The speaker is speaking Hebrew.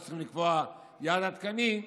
שצריך לקבוע יעד עדכני.